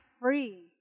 free